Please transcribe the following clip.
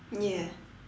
ya